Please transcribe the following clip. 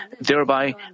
thereby